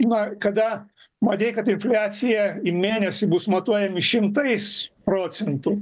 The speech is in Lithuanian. na kada matei kad infliacija į mėnesį bus matuojami šimtais procentų